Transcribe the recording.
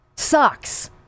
Sucks